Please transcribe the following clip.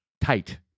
Tight